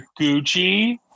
Gucci